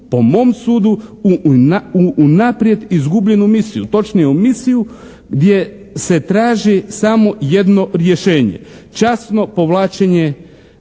po mom sudu u unaprijed izgubljenu misiju, točnije u misiju gdje se traži samo jedno rješenje. Časno povlačenje